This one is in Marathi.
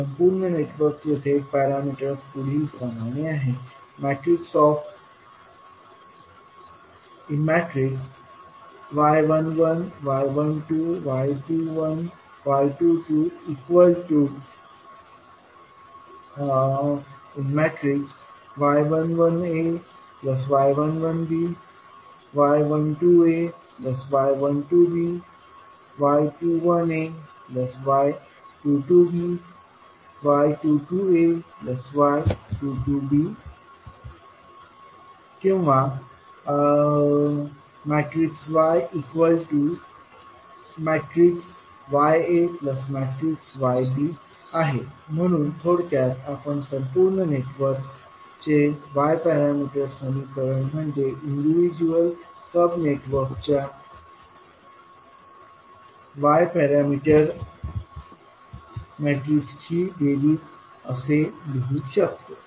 संपूर्ण नेटवर्कचे झेड पॅरामीटर्स पुढील प्रमाणे आहेत y11 y12 y21 y22 y11ay11b y12ay12b y21ay21b y22ay22b किंवा yyayb म्हणून थोडक्यात आपण संपूर्ण नेटवर्कचे y पॅरामीटर समीकरण म्हणजे इन्डिविजुअल सब नेटवर्कच्या y पॅरामीटर मॅट्रिक्सची बेरीज असे लिहू शकतो